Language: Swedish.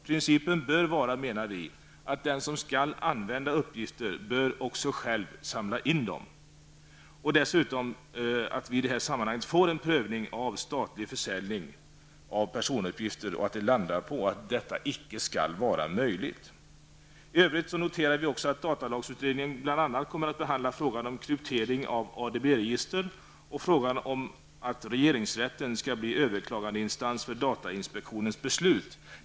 Principen bör, menar vi, vara att den som skall använda uppgifter bör själv också samla in dem. Dessutom vill vi i sammanhanget få en prövning av statlig försäljning av personuppgifter och hoppas att det utmynnar i att den inte skall vara möjlig. I övrigt noterar vi att datalagsutredningen bl.a. kommer att behandla frågan om kryptering av ADB-register samt frågan om regeringsrätten skall bli överklagningsinstans i fråga om datainspektionens beslut.